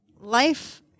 life